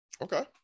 Okay